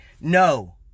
no